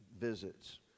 visits